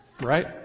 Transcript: right